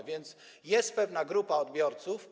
A więc jest pewna grupa odbiorców.